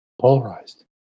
polarized